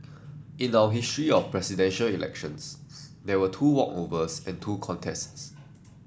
in our history of Presidential Elections there were two walkovers and two contests